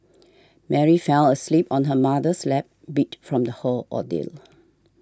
Mary fell asleep on her mother's lap beat from the whole ordeal